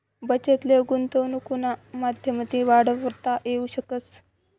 बचत ले गुंतवनुकना माध्यमतीन वाढवता येवू शकस